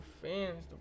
fans